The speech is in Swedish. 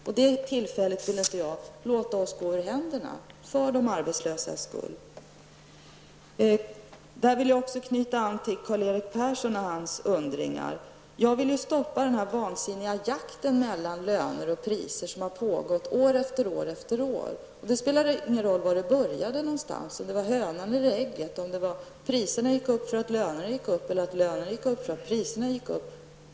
För de arbetslösas skull vill jag inte låta det tillfället gå oss ur händerna. Jag vill här knyta an till Karl-Erik Persson och hans undringar. Jag vill stoppa den vansinniga jakt mellan löner och priser som har pågått år efter år. Det spelar ingen roll var den började, om det var hönan eller ägget, om priserna gick upp därför att lönerna gick upp eller om lönerna gick upp därför att priserna gick upp.